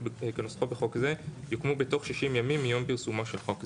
כנוסחו בחוק זה יוקמו בתוך 60 ימים מיום פרסומו של חוק זה."